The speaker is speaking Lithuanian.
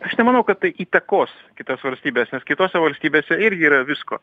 aš nemanau kad tai įtakos kitas valstybes nes kitose valstybėse irgi yra visko